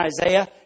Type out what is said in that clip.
Isaiah